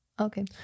okay